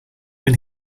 them